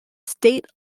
state